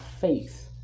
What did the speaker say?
faith